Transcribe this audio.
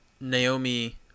Naomi